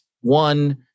one